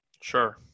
Sure